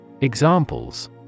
Examples